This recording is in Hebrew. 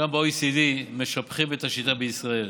גם ב-OECD משבחים את השיטה בישראל.